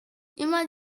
immer